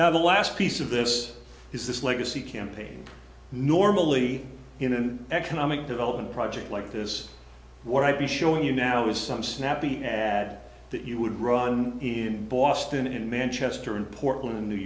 now the last piece of this is this legacy campaign normally in an economic development project like this what i be showing you now is some snappy ad that you would run in boston in manchester in portland in new